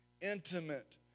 intimate